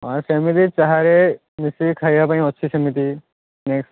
ହଁ ସେମିତି ଚାହାରେ ମିଶାଇକି ଅଛି ଖାଇବା ପାଇଁ ଅଛି ସେମିତି ସ୍ନାକ୍ସ